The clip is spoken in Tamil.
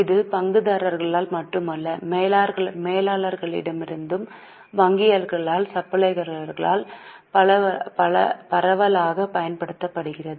இது பங்குதாரர்களால் மட்டுமல்ல மேலாளர்களிடமிருந்தும் வங்கியாளர்களால் சப்ளையர்களால் பரவலாகப் பயன்படுத்தப்படுகிறது